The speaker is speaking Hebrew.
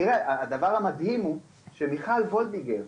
הדבר המדהים הוא שמיכל וולדיגר,